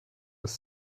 das